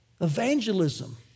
Evangelism